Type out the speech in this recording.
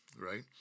right